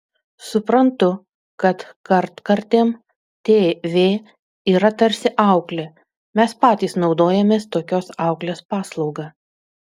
suprantu kad kartkartėm tv yra tarsi auklė mes patys naudojamės tokios auklės paslauga